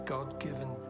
God-given